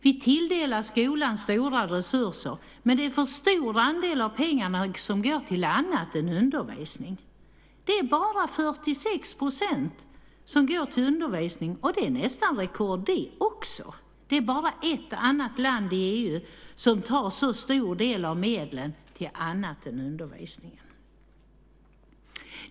Vi tilldelar skolan stora resurser, men det är för stor andel av pengarna som går till annat än undervisning. Det är bara 46 % som går till undervisning, och det är nästan rekord det också. Bara ett annat land i EU tar så stor del av medlen till annat än undervisning.